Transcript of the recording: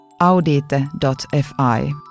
audite.fi